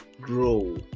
grow